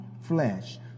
flesh